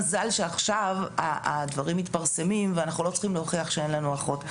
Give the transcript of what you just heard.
מזל שעכשיו הדברים מתפרסמים ואנחנו לא צריכים להוכיח שאין לנו אחות.